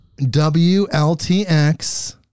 WLTX